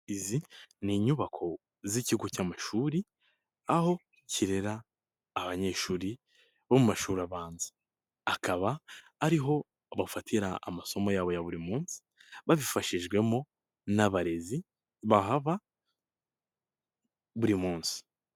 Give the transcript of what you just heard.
Izi ni inyubako z'ikigo cy'amashuri, aho kirera abanyeshuri bo mu mashuri abanza, akaba ariho bafatira amasomo yabo ya buri munsi, babifashijwemo n'abarezi bahaba buri munsi.